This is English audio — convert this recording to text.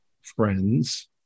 friends